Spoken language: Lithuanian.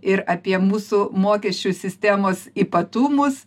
ir apie mūsų mokesčių sistemos ypatumus